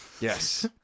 Yes